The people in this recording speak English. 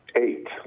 Eight